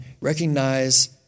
recognize